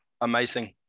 Amazing